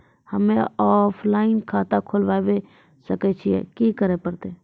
हम्मे ऑफलाइन खाता खोलबावे सकय छियै, की करे परतै?